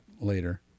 later